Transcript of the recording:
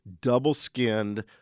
double-skinned